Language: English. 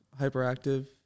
hyperactive